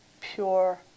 pure